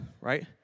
Right